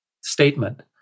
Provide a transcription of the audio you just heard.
statement